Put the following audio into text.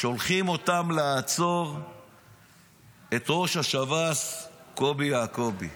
שולחים אותם לעצור את ראש השב"ס קובי יעקובי.